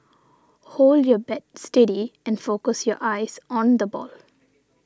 hold your bat steady and focus your eyes on the ball